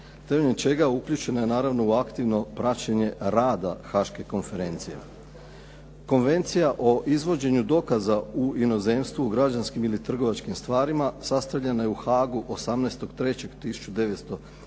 čega je uključena naravno u aktivno praćenje rada Haške konferencije. Konvencija o izvođenju dokaza u inozemstvu građanskim ili trgovačkim stvarima, sastavljena je u Haagu 18. 03.